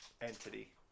entity